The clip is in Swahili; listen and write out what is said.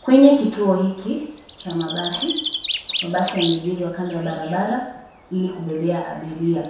Kwenye kituo hiki cha mabasi. Mabasi yameengeshwa kando ya barabara ili kubebea abiria.